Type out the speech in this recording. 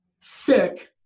sick